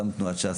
גם אצל תנועת ש"ס,